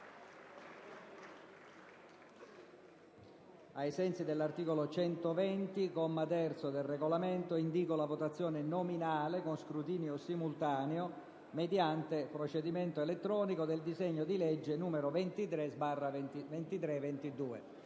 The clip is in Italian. Ai sensi dell'articolo 120, comma 3, del Regolamento, indíco la votazione nominale con scrutinio simultaneo, mediante procedimento elettronico, del disegno di legge, nel suo